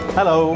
Hello